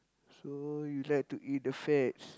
so you like to eat the fats